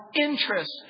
interest